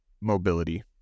mobility